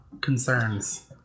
concerns